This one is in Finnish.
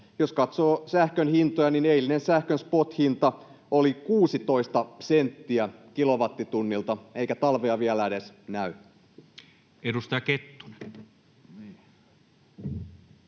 Jos katsoo sähkön hintoja, eilinen sähkön spot-hinta oli 16 senttiä kilowattitunnilta, eikä talvea vielä edes näy. [Speech